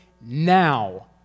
now